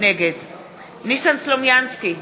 נגד ניסן סלומינסקי,